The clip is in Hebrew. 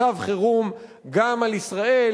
אכן להמיט מצב חירום גם על ישראל,